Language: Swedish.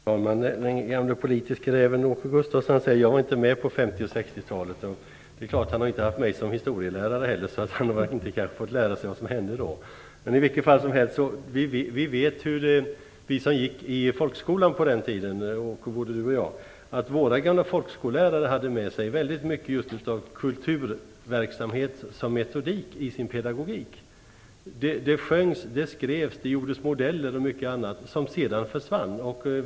Fru talman! Den gamle politiske räven Åke Gustavsson säger att han inte var med på 50 och 60-talet. Han har inte haft mig som historielärare heller, så han har kanske inte fått lära sig vad som hände då. Vi som gick i folkskolan på den tiden - både Åke Gustavsson och jag - vet att våra gamla folkskollärare hade mycket kulturverksamhet som metodik i sin pedagogik. Det sjöngs, skrevs, gjordes modeller och mycket annat. Detta försvann sedan.